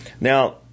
now